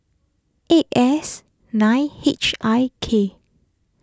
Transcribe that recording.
eight S nine H I K